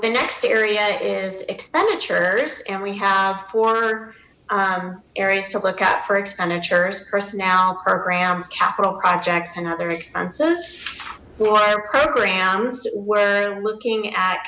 the next area is expenditures and we have four areas to look up for expenditures personnel programs capital projects and other expenses for programs we're looking at